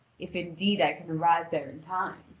if indeed i can arrive there in time.